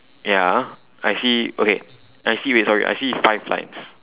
ya I see okay I see wait sorry I see five lines